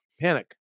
panic